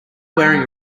wearing